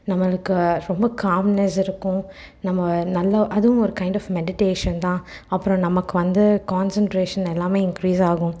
நம்மளுக்கு ரொம்ப காம்னெஸ் இருக்கும் நம்ம நல்ல அதுவும் ஒரு கைண்ட் ஆஃப் மெடிட்டேஷன் தான் அப்புறோம் நமக்கு வந்து கான்செண்ட்ரேஷன் எல்லாம் இன்க்ரீஸ் ஆகும்